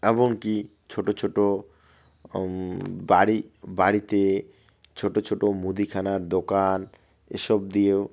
এমনকি ছোটো ছোটো বাড়ি বাড়িতে ছোটো ছোটো মুদিখানার দোকান এসব দিয়েও